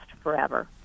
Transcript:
forever